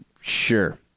Sure